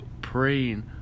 praying